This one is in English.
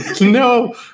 No